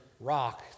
rock